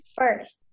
first